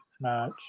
match